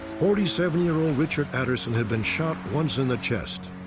forty seven year old richard aderson had been shot once in the chest.